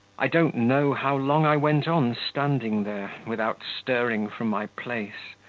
i don't know how long i went on standing there, without stirring from my place,